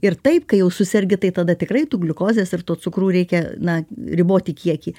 ir taip kai susergi tai tada tikrai tų gliukozės ir to cukrų reikia na riboti kiekį